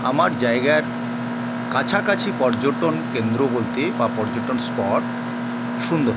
আমার জায়গার কাছাকাছি পর্যটন কেন্দ্র বলতে বা পর্যটন স্পট সুন্দরবন